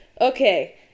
Okay